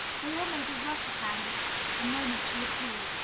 they all made a rush at alice the moment she appeared,